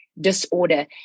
disorder